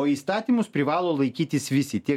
o įstatymus privalo laikytis visi tiek